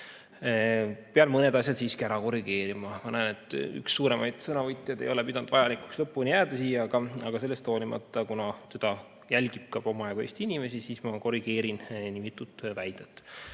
Pean mõned asjad siiski ära korrigeerima. Ma näen, et üks suuremaid sõnavõtjad ei ole pidanud vajalikuks lõpuni kohale jääda, aga sellest hoolimata, kuna meid jälgib ka omajagu Eesti inimesi, korrigeerin ma mõnda